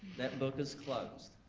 that book is closed.